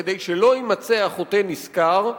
כדי שלא יימצא החוטא נשכר,